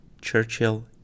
churchill